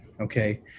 Okay